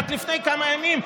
רק לפני כמה ימים,